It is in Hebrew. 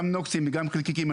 גם נוקסים וגם חלקיקים,